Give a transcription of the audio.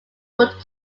boot